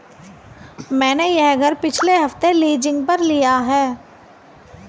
मैंने यह घर पिछले हफ्ते लीजिंग पर लिया है